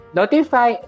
notify